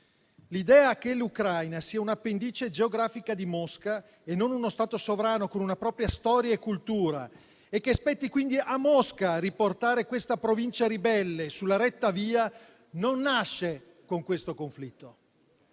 L'idea che l'Ucraina sia un'appendice geografica di Mosca e non uno Stato sovrano con una propria storia e cultura, e che spetti quindi a Mosca riportare questa provincia ribelle sulla retta via, non nasce con questo conflitto,